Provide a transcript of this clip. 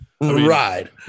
Ride